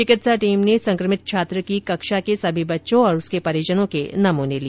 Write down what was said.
चिकित्सा टीम ने संक्रमित छात्र की कक्षा के सभी बच्चों और परिजनों के नमूने लिए